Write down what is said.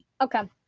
Okay